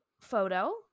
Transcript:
photo